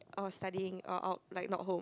or studying or or like not home